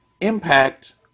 impact